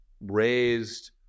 raised